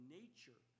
nature